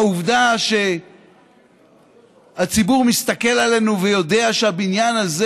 העובדה שהציבור מסתכל עלינו ויודע שהבניין הזה